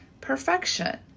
perfection